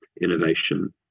innovation